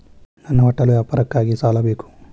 ನನ್ನ ಹೋಟೆಲ್ ವ್ಯಾಪಾರಕ್ಕಾಗಿ ಸಾಲ ಬೇಕು